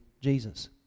Jesus